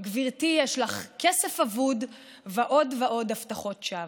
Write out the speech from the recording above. גברתי, יש לך כסף אבוד, ועוד ועוד הבטחות שווא.